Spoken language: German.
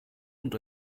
und